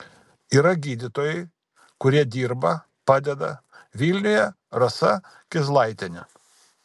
yra gydytojai kurie dirba padeda vilniuje rasa kizlaitienė